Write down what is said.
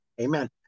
Amen